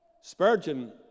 Spurgeon